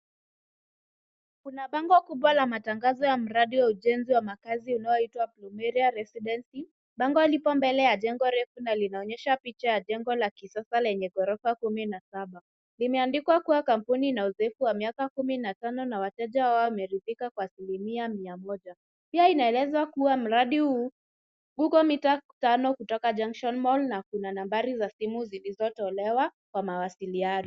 Kuna bango kubwa la matangazo ya mradi ya ujenzi ya makazi inayo itwa Plumeria Residency. Bango lipo mbele ya jengo refu na linaonyeshana picha ya jengo la kisasa lenye gorofa kumi na saba, lime andikwa kuwa kampuni ina uzoefu wa miaka kumi na tano na wateja wao wame ridhika kwa asimilia mia moja, pia ina elezwa kuwa mradi huko mita tano kutoka junction mall na kuna nambari za simu zilizo tolewa kwa mawasiliano.